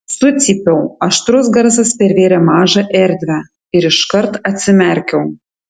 sucypiau aštrus garsas pervėrė mažą erdvę ir iškart atsimerkiau